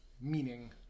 meaning